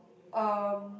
erm